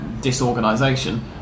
disorganisation